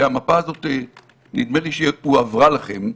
והמפה הזאת נדמה לי שהועברה אליכם.